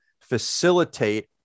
facilitate